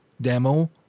demo